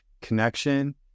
connection